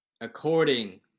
According